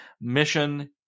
Mission